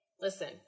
listen